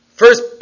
First